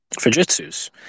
Fujitsu's